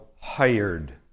hired